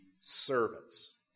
servants